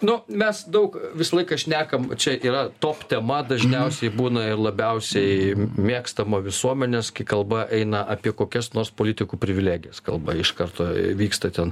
nu mes daug visą laiką šnekam čia yra top tema dažniausiai būna ir labiausiai mėgstama visuomenės kai kalba eina apie kokias nors politikų privilegijas kalba iš karto vyksta ten